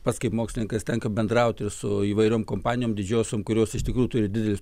pats kaip mokslininkas tenka bendrauti ir su įvairiom kompanijom didžiosiom kurios iš tikrųjų turi didelius